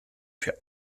für